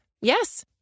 Yes